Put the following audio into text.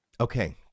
Okay